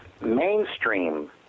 mainstream